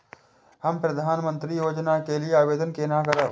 हम प्रधानमंत्री योजना के लिये आवेदन केना करब?